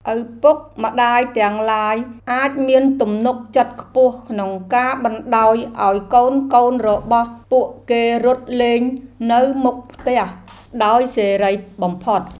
ឪពុកម្តាយទាំងឡាយអាចមានទំនុកចិត្តខ្ពស់ក្នុងការបណ្តោយឱ្យកូនៗរបស់ពួកគេរត់លេងនៅមុខផ្ទះដោយសេរីបំផុត។